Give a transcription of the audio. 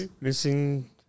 Missing